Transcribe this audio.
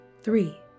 three